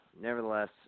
nevertheless